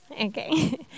okay